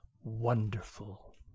wonderful